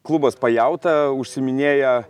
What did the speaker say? klubas pajauta užsiiminėja